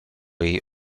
jej